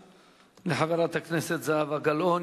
תודה לחברת הכנסת זהבה גלאון.